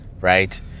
right